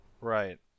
Right